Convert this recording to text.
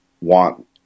want